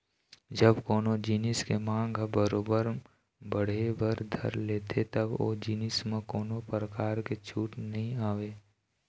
जब कोनो जिनिस के मांग ह बरोबर बढ़े बर धर लेथे तब ओ जिनिस म कोनो परकार के छूट नइ आवय